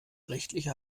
rechtliche